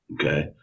Okay